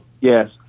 Yes